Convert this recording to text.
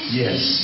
yes